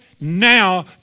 now